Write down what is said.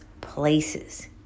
places